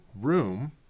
room